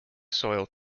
soil